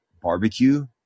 barbecue